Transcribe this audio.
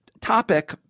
topic